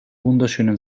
wunderschönen